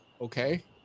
okay